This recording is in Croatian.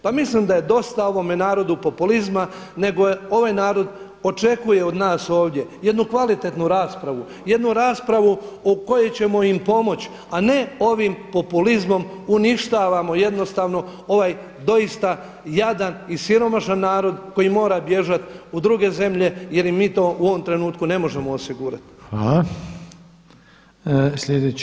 Pa mislim da je dosta ovome narodu populizma nego ovaj narod očekuje od nas ovdje jednu kvalitetnu raspravu, jednu raspravu u kojoj ćemo im pomoći a ne ovim populizmom uništavamo jednostavno ovaj doista jadan i siromašan narod koji mora bježati u druge zemlje jer im mi to u ovom trenutku ne možemo osigurati.